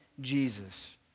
Jesus